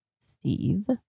Steve